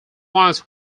miles